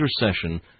intercession